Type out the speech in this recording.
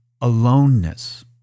aloneness